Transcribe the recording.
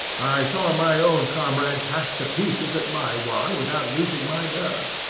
i saw my own comrades hacked to pieces at maiwand without losing my nerve.